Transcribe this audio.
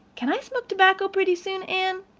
can i smoke tobacco pretty soon, anne?